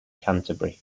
canterbury